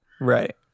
Right